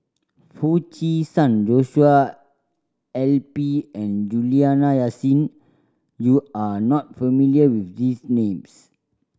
Foo Chee San Joshua I P and Juliana Yasin you are not familiar with these names